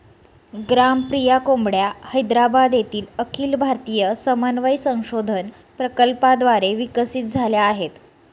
ग्रामप्रिया कोंबड्या हैदराबाद येथील अखिल भारतीय समन्वय संशोधन प्रकल्पाद्वारे विकसित झाल्या आहेत